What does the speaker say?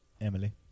Emily